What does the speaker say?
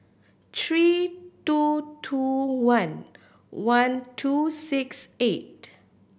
three two two one one two six eight